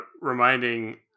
reminding